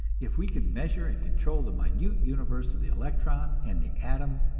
if we can measure and control the minute universe of the electron and the atom,